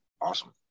awesome